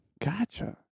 Gotcha